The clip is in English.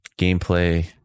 gameplay